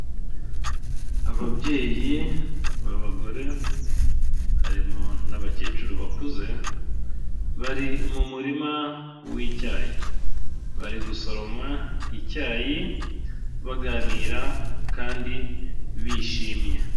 Ababyeyi b'abagore harimo n'abakecuru bakuze, bari mu murima w'icyayi bari gusoroma icyayi baganira kandi bishimye.